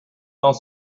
dans